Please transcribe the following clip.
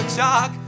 talk